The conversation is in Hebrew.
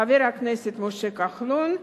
חבר הכנסת משה כחלון,